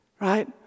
right